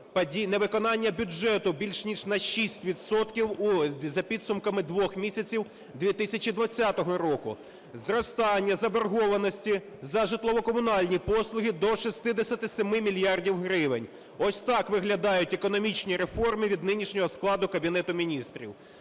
Невиконання бюджету більш ніж на 6 відсотків за підсумками двох місяців 2020 року. Зростання заборгованості за житлово-комунальні послуги до 67 мільярдів гривень. Ось так виглядають економічні реформи від нинішнього складу Кабінету Міністрів.